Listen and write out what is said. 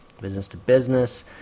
business-to-business